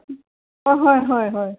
অঁ হয় হয় হয়